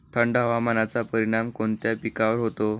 थंड हवामानाचा परिणाम कोणत्या पिकावर होतो?